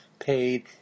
paid